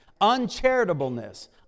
uncharitableness